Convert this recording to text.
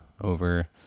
over